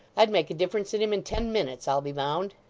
i'd make a difference in him in ten minutes, i'll be bound